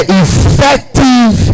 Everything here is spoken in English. effective